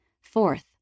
Fourth